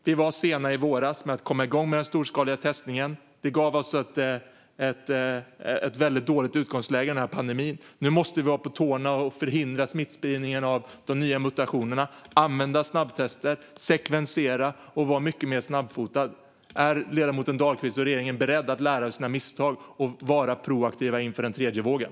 Vi var sena i våras med att komma igång med den storskaliga testningen. Det gav oss ett väldigt dåligt utgångsläge i pandemin. Nu måste vi vara på tårna och förhindra smittspridningen av de nya mutationerna, använda snabbtester, sekvensera och vara mycket mer snabbfotade. Är ledamoten Dahlqvist och regeringen beredda att lära av sina misstag och vara proaktiva inför den tredje vågen?